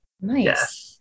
Nice